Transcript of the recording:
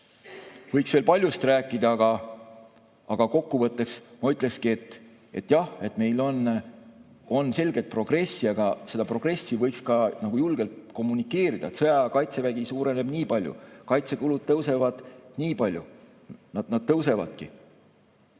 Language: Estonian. Võiks veel paljust rääkida, aga kokkuvõtteks ma ütlen, et jah, meil on selgelt progressi, aga seda progressi võiks ka julgelt kommunikeerida: sõjaaja kaitsevägi suureneb nii palju, kaitsekulud tõusevad nii palju. Nad tõusevadki,